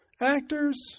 actors